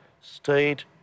state